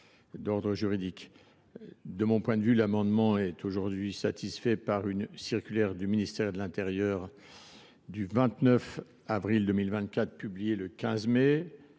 d’ordre juridique. De mon point de vue, l’amendement est aujourd’hui satisfait par une circulaire du ministère de l’intérieur du 29 avril 2024, publiée le 15 mai